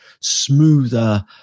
smoother